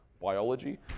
biology